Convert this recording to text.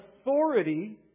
Authority